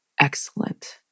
excellent